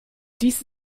dies